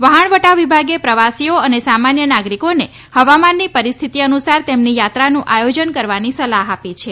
વહાણવટા વિભાગે પ્રવાસીઓ અને સામાન્ય નાગરિકોને હવામાનની પરિસ્થિતિ અનુસાર તેમની યાત્રાનું આયોજન કરવાની સલાહ આપી છે